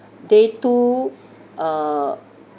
day two uh